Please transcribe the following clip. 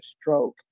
stroke